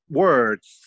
words